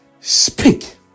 Speak